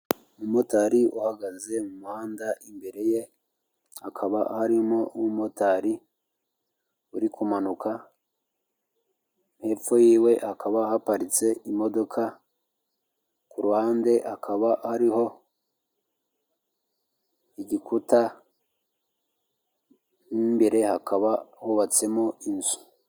Umumotari uhagaze mu muhanda, imbere ye hakaba harimo umumotari uri kumanuka, hepfo y'iwe hakaba ahaparitse imodoka, ku ruhande hakaba hariho igikuta, mo imbere hakaba hubatsemo inzu.